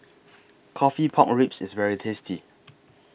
Coffee Pork Ribs IS very tasty